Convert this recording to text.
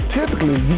typically